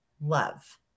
love